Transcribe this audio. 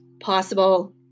possible